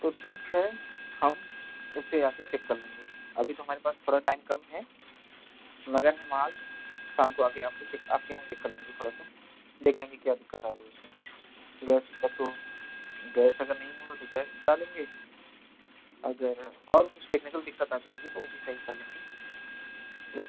तो ठीक है हम उसको आकर चेक कर लेंगे अभी तो हमारे पास थोड़ा टाइम कम है मगर हम आज शाम को आकर आपको आपके यहाँ चेक कर लेंगे थोड़ा सा देख लेंगे क्या दिक़्क़त आ रही है उसमें गैस पटो गैस अगर नहीं होगा तो गैस डालेंगे अगर और कुछ टेक्निकल दिक़्क़त आती होगी तो वह भी सही कर लेंगे बस